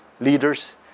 leaders